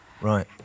Right